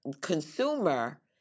consumer